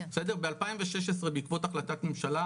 ב-2016 בעקבות החלטת ממשלה,